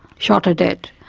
shot her dead.